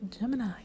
gemini